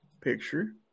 picture